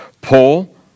Paul